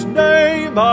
name